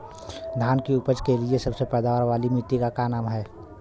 धान की उपज के लिए सबसे पैदावार वाली मिट्टी क का नाम ह?